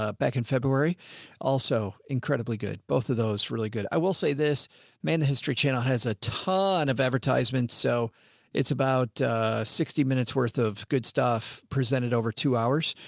ah back in february also incredibly good. both of those really good. i will say this man, the history channel has a ton of advertisement, so it's about a sixty minutes worth of good stuff. presented over two hours.